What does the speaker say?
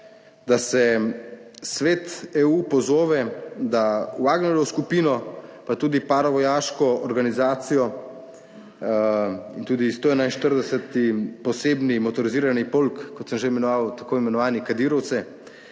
da se Svet EU pozove, da Wagnerjev skupino, pa tudi paravojaško organizacijo in tudi 141. posebni motorizirani pouk, kot sem že imenoval, tako imenovani kadirovci,